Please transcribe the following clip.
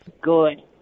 Good